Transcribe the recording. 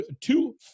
two